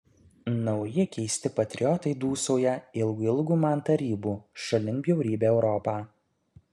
nauji keisti patriotai dūsauja ilgu ilgu man tarybų šalin bjaurybę europą